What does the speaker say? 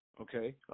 okay